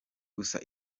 gusa